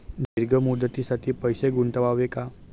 दीर्घ मुदतीसाठी पैसे गुंतवावे का?